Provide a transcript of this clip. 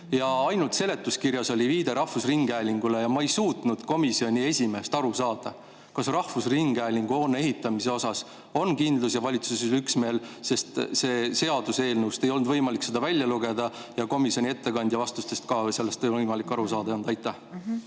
ja ainult seletuskirjas oli viide rahvusringhäälingule. Ja ma ei suutnud komisjoni esimehe [jutust] aru saada, kas rahvusringhäälingu hoone ehitamise suhtes on kindlus ja valitsuses üksmeel, sest seaduseelnõust ei olnud võimalik seda välja lugeda ja komisjoni ettekandja vastustest ei olnud ka sellest võimalik aru saada. Aitäh,